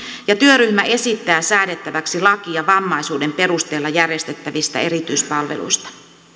ja työryhmä esittää säädettäväksi lakia vammaisuuden perusteella järjestettävistä erityispalveluista